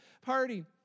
Party